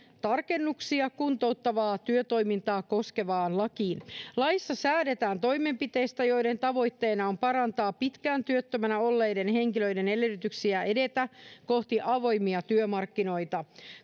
tarkennuksia kuntouttavaa työtoimintaa koskevaan lakiin laissa säädetään toimenpiteistä joiden tavoitteena on parantaa pitkään työttömänä olleiden henkilöiden edellytyksiä edetä kohti avoimia työmarkkinoita